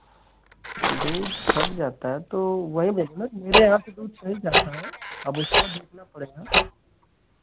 दूध फट जाता है तो वहीं ना कि मेरे यहाँ से दूध सही जाता है अब उसका देखना पड़ेगा